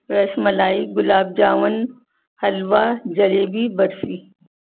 ras malai gulab jamun halwa jalebi barfi